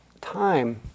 time